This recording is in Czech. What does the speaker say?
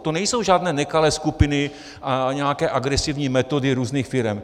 To nejsou žádné nekalé skupiny a nějaké agresivní metody různých firem.